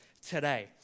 today